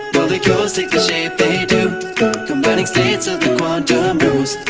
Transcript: molecules take the shape they do combining states of the quantum rules